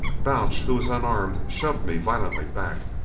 balch, who was unarmed, shoved me violently back.